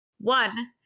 one